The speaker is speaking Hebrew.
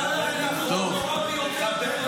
--- הגרוע ביותר בתולדות המדינה.